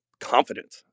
confident